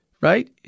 right